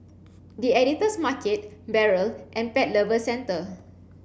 the Editor's Market Barrel and Pet Lovers Centre